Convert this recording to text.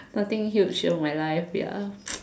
nothing huge in my life ya